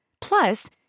Plus